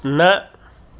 न